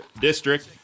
District